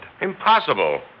Impossible